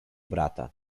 brata